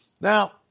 Now